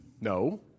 No